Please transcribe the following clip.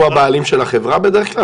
הוא הבעלים של החברה בדרך כלל?